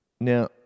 Now